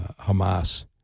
Hamas